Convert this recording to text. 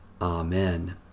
Amen